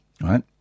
Right